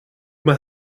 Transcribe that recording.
mijn